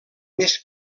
més